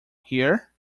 here